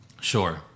Sure